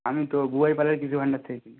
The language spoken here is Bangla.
আমি তো বুবাই পালের কৃষিভাণ্ডার থেকে কিনি